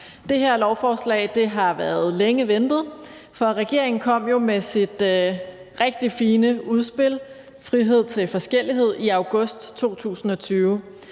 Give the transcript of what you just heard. Det her lovforslag har været ventet længe, for regeringen kom jo med sit rigtig fine udspil »Frihed til forskellighed« i august 2020,